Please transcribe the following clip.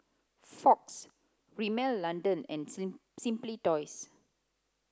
Fox Rimmel London and Simply Toys